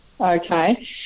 Okay